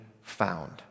found